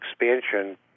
expansion